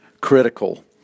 critical